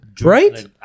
Right